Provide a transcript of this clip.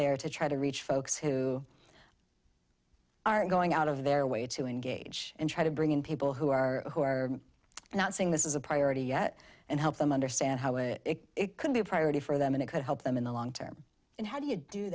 there to try to reach folks who are going out of their way to engage and try to bring in people who are who are not saying this is a priority yet and help them understand how it it could be a priority for them and it could help them in the long term and how do you do